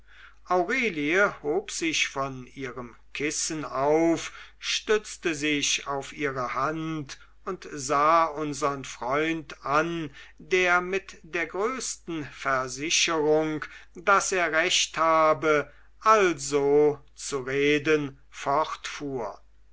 aurelie hob sich von ihrem kissen auf stützte sich auf ihre hand und sah unsern freund an der mit der größten versicherung daß er recht habe also zu reden